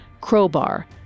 crowbar